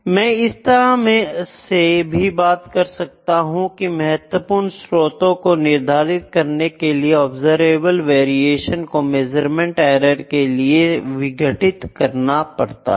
मैं इस तरह से भी बात कर सकता हूं की महत्वपूर्ण स्रोतों को निर्धारित करने के लिए आब्जरेवेबल वेरिएशन को मेज़रमेंट एरर के लिए विघटित करना पड़ता है